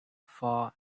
fall